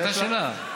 החלטה שלה.